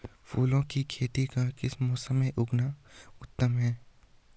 फूलों की खेती का किस मौसम में उगना उत्तम है?